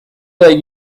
that